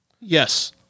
Yes